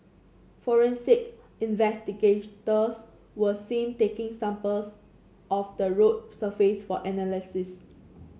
forensic investigators were seen taking samples of the road surface for analysis